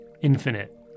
infinite